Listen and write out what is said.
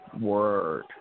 Word